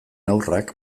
haurrak